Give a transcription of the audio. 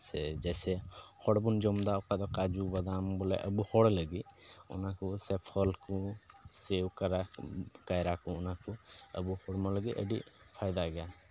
ᱥᱮ ᱡᱮᱭᱥᱮ ᱦᱚᱲ ᱵᱚᱱ ᱡᱚᱢ ᱮᱫᱟ ᱚᱠᱟ ᱫᱚ ᱠᱟᱹᱡᱩ ᱵᱟᱫᱟᱢ ᱵᱚᱞᱮ ᱟᱵᱚ ᱦᱚᱲ ᱞᱟᱹᱜᱤᱫ ᱚᱱᱟ ᱠᱚ ᱥᱮ ᱯᱷᱚᱞ ᱠᱚ ᱥᱮ ᱠᱟᱭᱨᱟ ᱠᱚ ᱚᱱᱟ ᱠᱚ ᱟᱵᱚ ᱦᱚᱲᱢᱚ ᱞᱟᱹᱜᱤᱫ ᱟᱹᱰᱤ ᱯᱷᱟᱭᱫᱟ ᱜᱮᱭᱟ